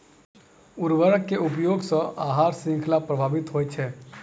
उर्वरक के उपयोग सॅ आहार शृंखला प्रभावित होइत छै